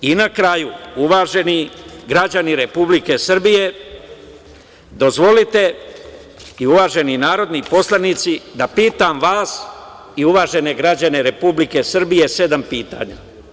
Na kraju, uvaženi građani Republike Srbije, dozvolite i uvaženi narodni poslanici da pitam vas i uvažene građane Republike Srbije sedam pitanja.